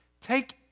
take